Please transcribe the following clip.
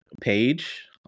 page